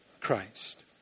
Christ